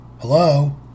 Hello